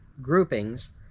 groupings